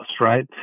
right